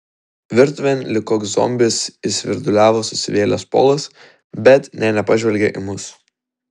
virtuvėn lyg koks zombis įsvirduliavo susivėlęs polas bet nė nepažvelgė į mus